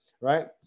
right